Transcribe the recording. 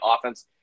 offense